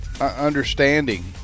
understanding